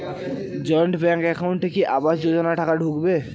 Joint bank একাউন্টে কি আবাস যোজনা টাকা ঢুকবে?